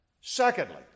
Secondly